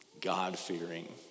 God-fearing